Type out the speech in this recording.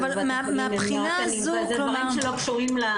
אבל אלה דברים שלא קשורים.